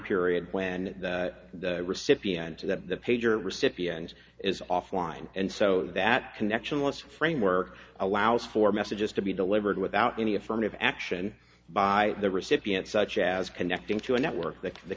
period when the recipient of the pager recipient is offline and so that connection left framework allows for messages to be delivered without any affirmative action by the recipient such as connecting to a network that the